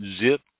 Zip